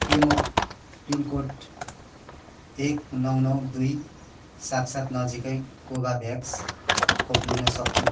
के म पिनकोड एक नौ नौ दुई सात सात नजिकै कोभोभ्याक्स खोप लिन सक्छु